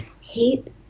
hate